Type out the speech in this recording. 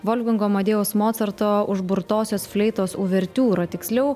volfgango amadėjaus mocarto užburtosios fleitos uvertiūrą tiksliau